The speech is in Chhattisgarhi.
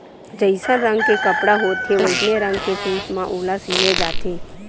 जइसन रंग के कपड़ा होथे वइसने रंग के सूत म ओला सिले जाथे